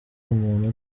umuntu